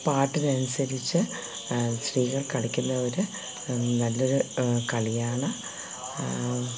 പാട്ടിന് അനുസരിച്ച് സ്ത്രീകൾ കളിക്കുന്ന ഒരു നല്ല ഒരു കളിയാണ്